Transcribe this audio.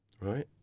right